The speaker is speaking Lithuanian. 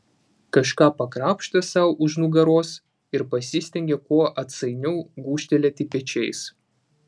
kažką pakrapštė sau už nugaros ir pasistengė kuo atsainiau gūžtelėti pečiais